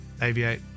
Aviate